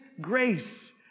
grace